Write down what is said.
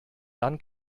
dann